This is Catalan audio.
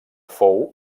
fou